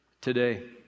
today